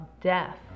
death